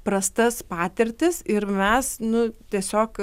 prastas patirtis ir mes nu tiesiog